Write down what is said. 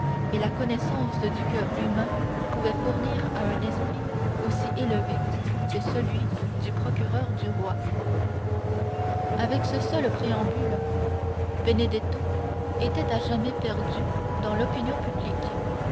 et la connaissance du coeur humain pouvaient fournir à un esprit aussi élevé que celui du procureur du roi avec ce seul préambule benedetto était à jamais perdu dans l'opinion publique